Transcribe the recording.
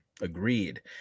agreed